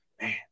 Man